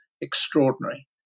extraordinary